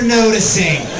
noticing